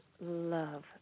love